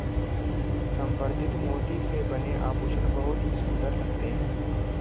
संवर्धित मोती से बने आभूषण बहुत ही सुंदर लगते हैं